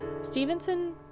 Stevenson